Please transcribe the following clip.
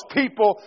people